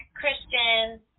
Christian